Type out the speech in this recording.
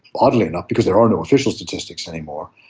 oddly enough because there are no official statistics anymore,